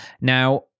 Now